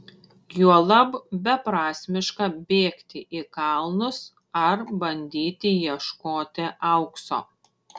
juolab beprasmiška bėgti į kalnus ar bandyti ieškoti aukso